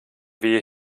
wir